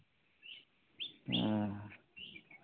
ᱦᱩᱸ